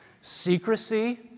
Secrecy